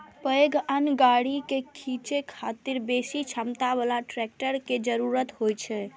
पैघ अन्न गाड़ी कें खींचै खातिर बेसी क्षमता बला ट्रैक्टर के जरूरत होइ छै